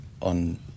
on